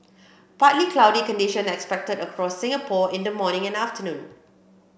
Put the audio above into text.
partly cloudy condition expected across Singapore in the morning and afternoon